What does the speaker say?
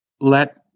let